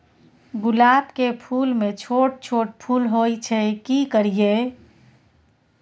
गुलाब के फूल में छोट छोट फूल होय छै की करियै?